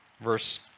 Verse